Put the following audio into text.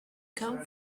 come